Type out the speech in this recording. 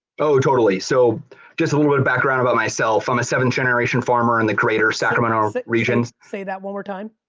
so totally, so just a little bit of background about myself, i'm a seventh generation farmer in the greater sacramento region. say that one more time.